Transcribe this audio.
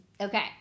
Okay